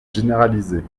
généraliser